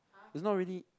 is not really